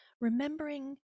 Remembering